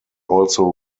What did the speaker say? also